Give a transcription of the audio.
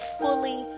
fully